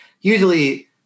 Usually